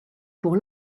pour